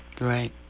Right